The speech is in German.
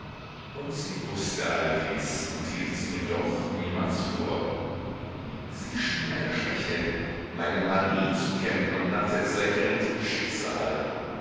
und sie wußte all dies und hielt es mir doch niemals vor sie schien meine schwäche meine manie zu kennen und nannte es lächelnd schicksal